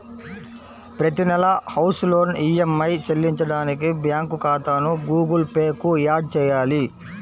ప్రతి నెలా house loan EMI చెల్లించడానికి బ్యాంకు ఖాతాను గుగుల్ పే కు యాడ్ చేయాలి